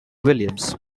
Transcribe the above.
williams